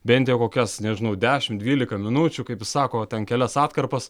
bent jau kokias nežinau dešimt dvylika minučių kaip jis sako ten kelias atkarpas